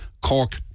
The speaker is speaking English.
cork